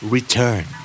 Return